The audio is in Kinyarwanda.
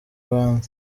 rwanda